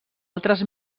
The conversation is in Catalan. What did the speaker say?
altres